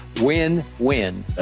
Win-win